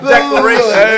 Declaration